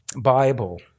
Bible